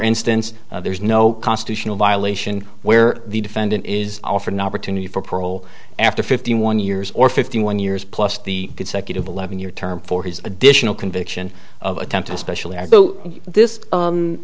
instance there is no constitutional violation where the defendant is offered an opportunity for parole after fifty one years or fifty one years plus the consecutive eleven year term for his additional conviction attempt especially as so this